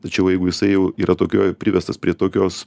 tačiau jeigu jisai jau yra tokioj privestas prie tokios